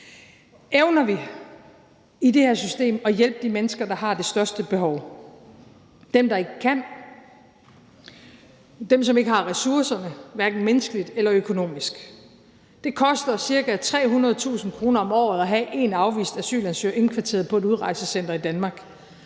Evner vi i det her system at hjælpe de mennesker, der har det største behov, dem, der ikke kan, dem, som ikke har ressourcerne, hverken menneskeligt eller økonomisk? Det koster ca. 300.000 kr. om året at have én afvist asylansøger indkvarteret på et udrejsecenter i Danmark.